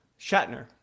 shatner